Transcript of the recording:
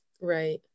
Right